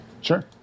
Sure